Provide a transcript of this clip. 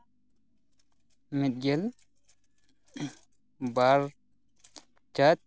ᱢᱤᱫ ᱜᱮᱞ ᱵᱟᱨ ᱪᱟᱹᱛ